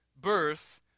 birth